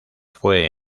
fue